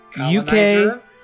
UK